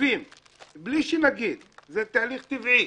בלי שנגיד, זה תהליך טבעי,